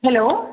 hello